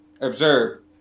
Observe